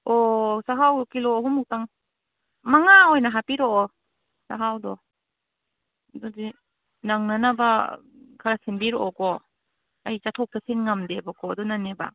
ꯑꯣ ꯆꯍꯥꯎ ꯀꯤꯂꯣ ꯑꯍꯨꯝꯃꯨꯛꯇꯪ ꯃꯉꯥ ꯑꯣꯏꯅ ꯍꯥꯄꯤꯔꯛꯑꯣ ꯆꯍꯥꯎꯗꯣ ꯑꯗꯨꯗꯤ ꯅꯪꯅꯅꯕ ꯈꯔ ꯁꯤꯟꯕꯤꯔꯛꯑꯣꯀꯣ ꯑꯩ ꯆꯠꯊꯣꯛ ꯆꯠꯁꯤꯟ ꯉꯝꯗꯦꯕꯀꯣ ꯑꯗꯨꯅꯅꯦꯕ